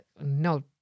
No